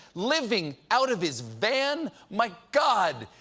living out of his van? my god,